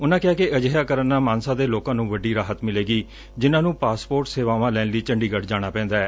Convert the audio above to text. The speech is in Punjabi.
ਉਹਨਾਂ ਕਿਹਾ ਕਿ ਅਜਿਹਾ ਕਰਨ ਨਾਲ ਮਾਨਸਾ ਦੇ ਲੋਕਾਂ ਨੂੰ ਵੱਡੀ ਰਾਹਤ ਮਿਲੇਗੀ ਜਿਹਨਾਂ ਨੂੰ ਪਾਸਪੋਰਟ ਸੇਵਾਵਾਂ ਲੈਣ ਲਈ ਚੰਡੀਗੜ੍ ਜਾਣਾ ਪੈਂਦੈ